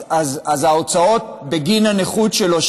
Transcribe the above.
אז ההוצאות בגין הנכות שלו,